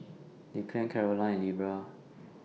Declan Karolyn and